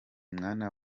mwana